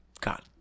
God